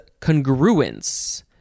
congruence